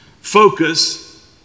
focus